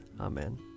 Amen